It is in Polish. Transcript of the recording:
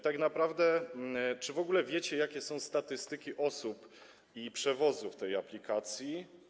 Tak naprawdę czy w ogóle wiecie, jakie są statystyki osób i przewozów w przypadku tej aplikacji?